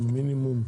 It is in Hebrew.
מינימום?